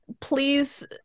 please